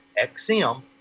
XM